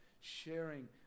sharing